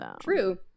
True